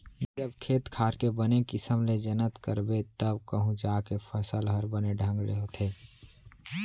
जब खेत खार के बने किसम ले जनत करबे तव कहूं जाके फसल हर बने ढंग ले होथे